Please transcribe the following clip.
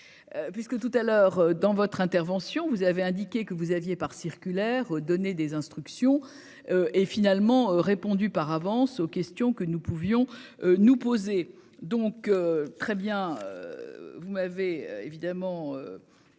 puisque tout à l'heure dans votre intervention, vous avez indiqué que vous aviez, par circulaire, donné des instructions et finalement répondu par avance aux questions que nous pouvions nous poser, donc très bien, vous m'avez évidemment